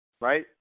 right